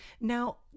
Now